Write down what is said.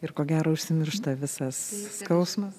ir ko gero užsimiršta visas skausmas